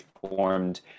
formed